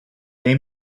they